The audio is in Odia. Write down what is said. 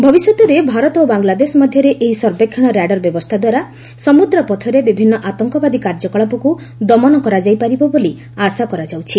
ଭବିଷ୍ୟତରେ ଭାରତ ବାଂଲାଦେଶ ମଧ୍ୟରେ ଏହି ସର୍ବେକ୍ଷଣ ର୍ୟାଡର୍ ବ୍ୟବସ୍ଥାଦ୍ୱାରା ସମୁଦ୍ରପଥରେ ବିଭିନ୍ନ ଆତଙ୍କବାଦୀ କାର୍ଯ୍ୟକଳାପକୁ ଦମନ କରାଯାଇପାରିବ ବୋଲି ଆଶା କରାଯାଉଛି